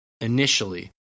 initially